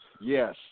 Yes